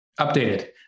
updated